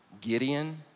Gideon